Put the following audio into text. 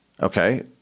Okay